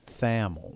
Thamel